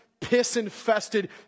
piss-infested